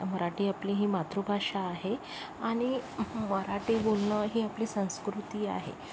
मराठी आपली ही मातृभाषा आहे आणि मराठी बोलणं ही आपली संस्कृती आहे